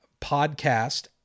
podcast